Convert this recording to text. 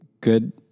good